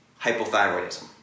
hypothyroidism